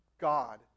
God